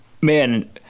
man